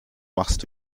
machst